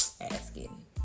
asking